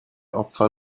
opfer